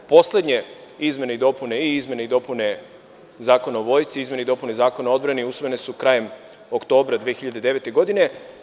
Poslednje izmene i dopune Zakona o Vojsci i izmene i dopune Zakona o odbrani usvojene su krajem oktobra 2009. godine.